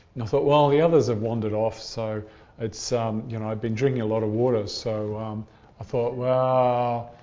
and i thought well the others have wandered off. so i'd so you know i'd been drinking a lot of water. so i ah thought well,